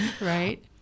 Right